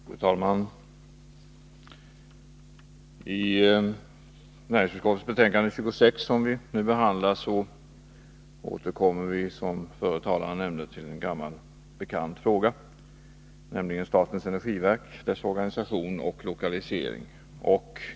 Fru talman! I näringsutskottets betänkande 26, som vi nu behandlar, återkommer vi till en gammal bekant fråga, nämligen statens energiverk — dess organisation och lokalisering.